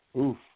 Oof